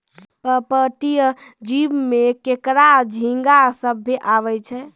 पर्पटीय जीव में केकड़ा, झींगा सभ्भे आवै छै